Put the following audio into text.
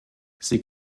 sie